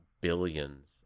billions